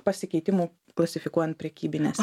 pasikeitimų klasifikuojant prekybines